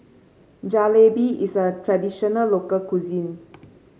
Jalebi is a traditional local cuisine